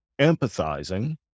empathizing